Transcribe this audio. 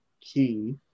key